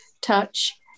touch